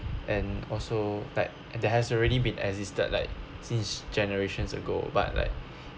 and also that there has already been existed like since generations ago but like